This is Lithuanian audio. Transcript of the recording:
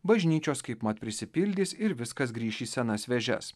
bažnyčios kaipmat prisipildys ir viskas grįš į senas vėžes